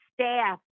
staff